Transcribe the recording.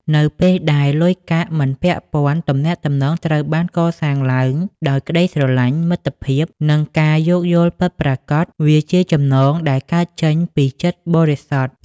នៅពេលដែលលុយកាក់មិនពាក់ព័ន្ធ ទំនាក់ទំនងត្រូវបានកសាងឡើងដោយក្ដីស្រឡាញ់ មិត្តភាព និងការយោគយល់គ្នាពិតប្រាកដ វាជាចំណងដែលកើតចេញពីចិត្តបរិសុទ្ធ។